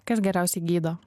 kas geriausiai gydo